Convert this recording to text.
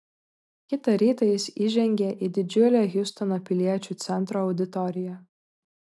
kitą rytą jis įžengė į didžiulę hjustono piliečių centro auditoriją